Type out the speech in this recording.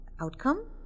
outcome